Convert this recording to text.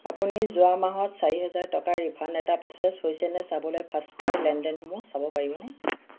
আপুনি যোৱা মাহত চাৰি হেজাৰ টকাৰ ৰিফাণ্ড এটা প্ৰ'চেছ হৈছেনে চাবলৈ ফাৰ্ষ্টক্ৰাই লেনদেনসমূহ চাব পাৰিবনে